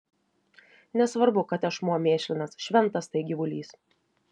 nesvarbu kad tešmuo mėšlinas šventas tai gyvulys